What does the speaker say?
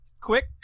quick